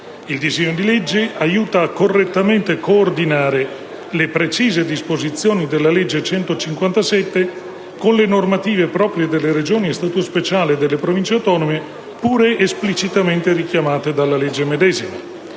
Il disegno di legge aiuta a correttamente coordinare le precise disposizioni della legge n. 157 con le normative proprie delle Regioni a statuto speciale e delle Province autonome, pure esplicitamente richiamate dalla legge medesima.